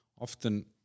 often